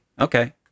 Okay